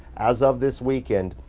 as of this weekend,